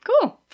Cool